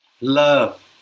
Love